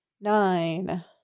nine